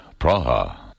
Praha